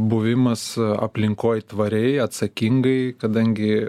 buvimas aplinkoj tvariai atsakingai kadangi